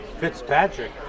Fitzpatrick